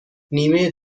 نیمه